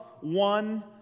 one